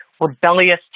rebellious